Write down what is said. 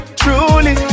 truly